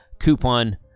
coupon